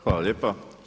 Hvala lijepa.